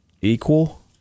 equal